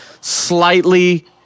slightly